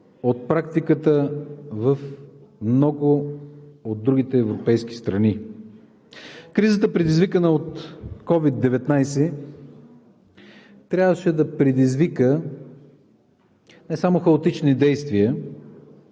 от практиката в много от другите европейски страни. Кризата, предизвикана от ковид, трябваше да предизвика не само хаотични действия,